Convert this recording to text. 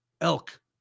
elk